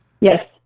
Yes